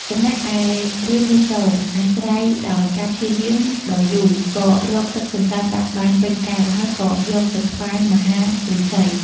ចំណែកឯរាមមាសូរ អាស្រ័យដោយការព្យាយាមដ៏យូរក៏រកទឹកសន្សើមដាក់បានពេញកែវ ហើយក៏យកទៅថ្វាយមហាឫសី។